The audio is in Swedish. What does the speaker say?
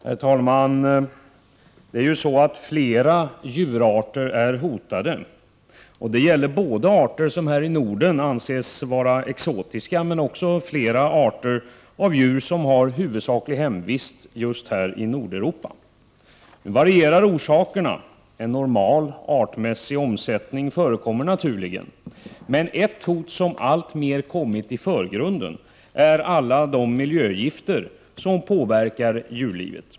Herr talman! Det är ju så att flera djurarter är hotade. Det gäller både arter som här i Norden anses vara exotiska och flera arter av djur som har sin huvudsakliga hemvist just i Nordeuropa. Orsakerna varierar — en normal artsmässig omsättning förekommer naturligen. Men ett hot som alltmer kommit i förgrunden är alla de miljögifter som påverkar djurlivet.